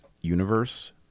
universe